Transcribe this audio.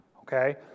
okay